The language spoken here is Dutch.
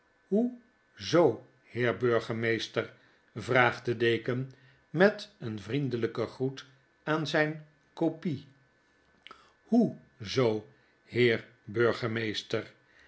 zoo heer burgemeester vraagt de deken met een vriendelijken groet aan zijn copie hoe zoo